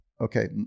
okay